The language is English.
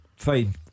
Fine